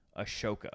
Ashoka